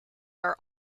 are